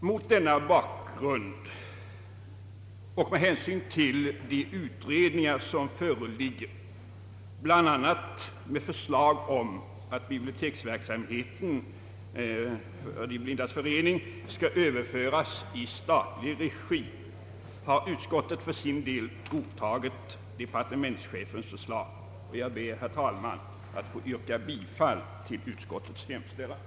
Mot denna bakgrund och med hänsyn till de utredningar som pågår och som väntas resultera i förslag om att De blindas förenings allmänna biblioteksverksamhet skall överföras i statlig regi har utskottet för sin del godtagit departementschefens förslag. Jag ber, herr talman, att få yrka bifall till utskottets hemställan.